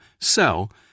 sell